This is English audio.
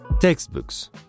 Textbooks